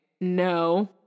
no